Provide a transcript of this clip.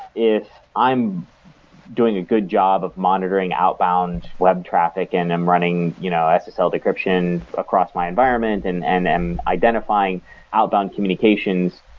if i'm doing a good job of monitoring outbound web traffic and i'm running you know ssl decryption across my environment and and and identifying outbound communications.